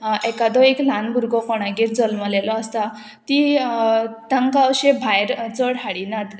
एकादो एक ल्हान भुरगो कोणागेर जल्मलेलो आसता ती तांकां अशे भायर चड हाडिनात